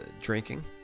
drinking